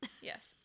Yes